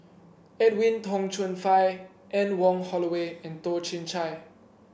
Edwin Tong Chun Fai Anne Wong Holloway and Toh Chin Chye